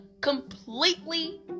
completely